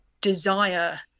desire